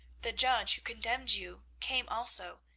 the judge who condemned you came also,